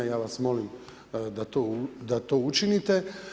Ja vas molim da to učinite.